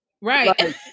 Right